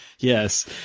Yes